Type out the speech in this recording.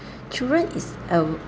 children is um